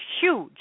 huge